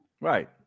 Right